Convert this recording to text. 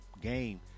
game